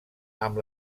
amb